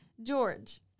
George